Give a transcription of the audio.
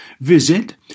Visit